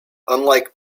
unlike